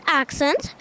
accent